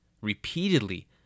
Repeatedly